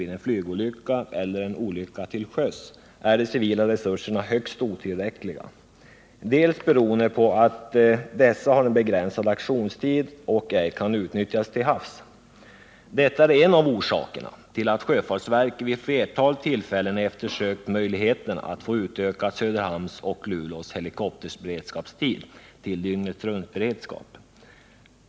vid en flygolycka eller en olycka till sjöss, är de civila resurserna högst otillräckliga, delvis beroende på att dessa har begränsad aktionstid och ej kan utnyttjas till havs. Detta är en av orsakerna till att sjöfartsverket vid ett flertal tillfällen eftersökt möjligheterna att utöka Söderhamns och Luleås helikopterberedskapstid till dygnet-runt-beredskap.